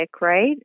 right